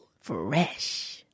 Fresh